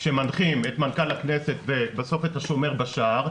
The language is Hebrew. שמנחים את מנכ"ל הכנסת ובסוף את השומר בשער,